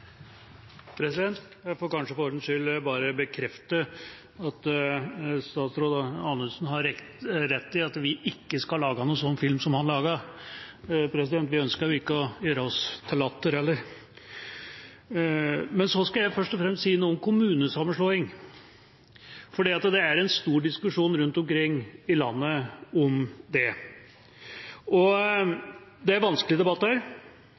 Jeg får kanskje for ordens skyld bare bekrefte at statsråd Anundsen har rett i at vi ikke skal lage noen film sånn som han laget. Vi ønsker ikke å gjøre oss til latter heller. Men jeg skal først og fremst si noe om kommunesammenslåing, for det er en stor diskusjon rundt omkring i landet om det. Det er